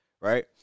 right